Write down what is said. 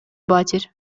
батир